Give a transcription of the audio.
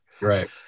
Right